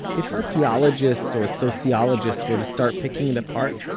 if archeologists or sociologists were to start picking it apart,